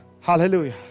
Hallelujah